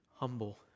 humble